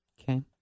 Okay